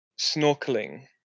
snorkeling